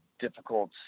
difficult